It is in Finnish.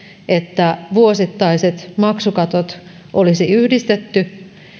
että vuosittaiset maksukatot olisi yhdistetty